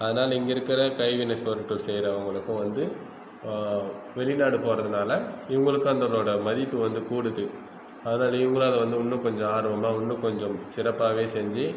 அதனால் இங்கே இருக்கிற கைவினைப் பொருட்கள் செய்கிறவங்களுக்கும் வந்து வெளிநாடு போகிறதுனால இவங்களுக்கு அந்தனோட மதிப்பு வந்து கூடுது அதனால் இவங்களும் அதை வந்து இன்னும் கொஞ்சம் ஆர்வமாக இன்னும் கொஞ்சம் சிறப்பாகவே செஞ்சு